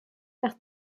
nach